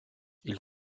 ils